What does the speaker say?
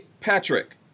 Patrick